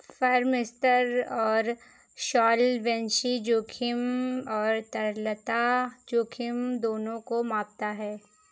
firm स्तर पर solvency जोखिम और तरलता जोखिम दोनों को मापता है